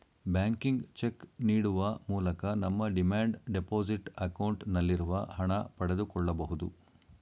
ಬ್ಯಾಂಕಿಗೆ ಚೆಕ್ ನೀಡುವ ಮೂಲಕ ನಮ್ಮ ಡಿಮ್ಯಾಂಡ್ ಡೆಪೋಸಿಟ್ ಅಕೌಂಟ್ ನಲ್ಲಿರುವ ಹಣ ಪಡೆದುಕೊಳ್ಳಬಹುದು